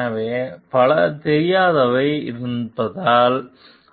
எனவே பல தெரியாதவை இருப்பதால்